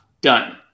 done